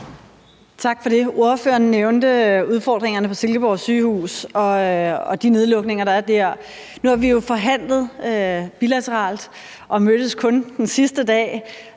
Tak for det. Ordføreren nævnte udfordringerne på Silkeborg Sygehus og de nedlukninger, der er dér. Nu har vi jo forhandlet bilateralt og mødtes kun den sidste dag,